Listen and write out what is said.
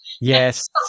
yes